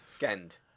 Gend